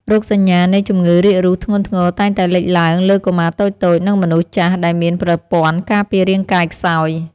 រោគសញ្ញានៃជំងឺរាករូសធ្ងន់ធ្ងរតែងតែលេចឡើងលើកុមារតូចៗ និងមនុស្សចាស់ដែលមានប្រព័ន្ធការពាររាងកាយខ្សោយ។